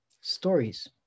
stories